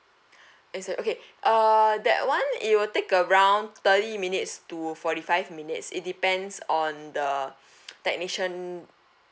it's okay uh that one it will take around thirty minutes to forty five minutes it depends on the technician